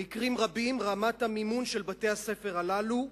במקרים רבים רמת המימון של בתי-הספר הללו,